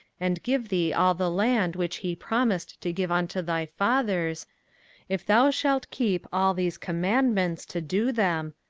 and give thee all the land which he promised to give unto thy fathers if thou shalt keep all these commandments to do them,